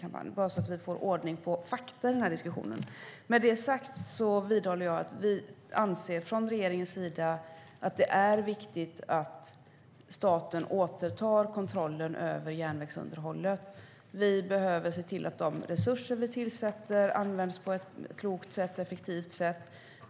Jag säger det så att vi får ordning på fakta i den här diskussionen. Jag vidhåller att vi från regeringens sida anser att det är viktigt att staten återtar kontrollen över järnvägsunderhållet. Vi behöver se till att de resurser vi tillsätter används på ett klokt och effektivt sätt.